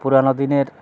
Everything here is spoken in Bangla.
পুরানো দিনের